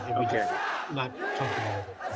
again not comfortable with it.